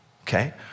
okay